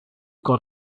got